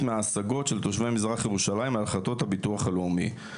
מההשגות של תושבי מזרח ירושלים על החלטות הביטוח הלאומי.